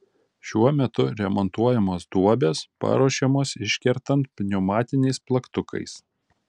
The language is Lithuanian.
šiuo metu remontuojamos duobės paruošiamos iškertant pneumatiniais plaktukais